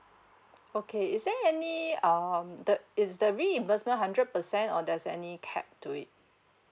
okay is there any um the uh is the reimbursement hundred percent or there's any cap to it